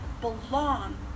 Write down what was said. belong